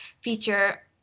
feature